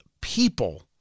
people